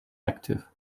active